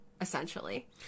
essentially